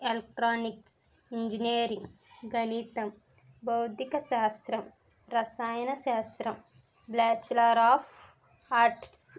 electronics engineering గణితం భౌతిక శాస్త్రం రసాయన శాస్త్రం బ్యాచిలర్ ఆఫ్ ఆర్ట్స్